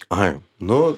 ai nu